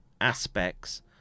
aspects